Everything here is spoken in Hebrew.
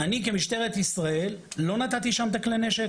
אני כמשטרת ישראל לא נתתי שם את כלי הנשק.